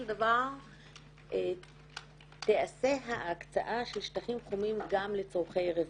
דבר תיעשה ההקצאה של שטחים חומים גם לצורכי רווחה,